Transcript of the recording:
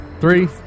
Three